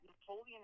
Napoleon